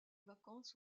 vacances